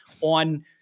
on